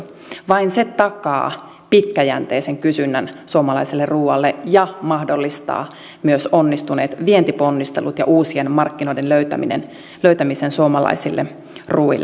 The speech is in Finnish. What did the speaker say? vain se takaa pitkäjänteisen kysynnän suomalaiselle ruoalle ja mahdollistaa myös onnistuneet vientiponnistelut ja uusien markkinoiden löytämisen suomalaisille ruoille